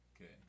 Okay